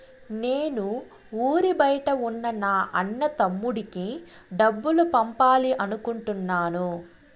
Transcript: నేను ఊరి బయట ఉన్న నా అన్న, తమ్ముడికి డబ్బులు పంపాలి అనుకుంటున్నాను